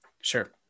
Sure